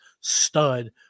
stud